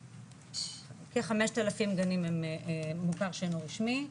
כ-5000 גנים מוכר שאינו רשמי,